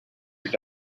your